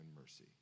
mercy